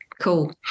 cool